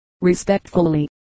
Respectfully